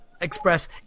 express